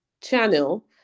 channel